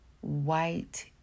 white